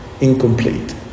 incomplete